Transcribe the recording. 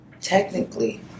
technically